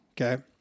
Okay